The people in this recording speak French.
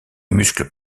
muscle